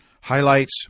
Highlights